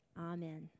Amen